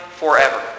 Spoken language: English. forever